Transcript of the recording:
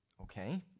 Okay